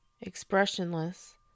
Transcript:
expressionless